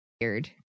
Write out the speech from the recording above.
weird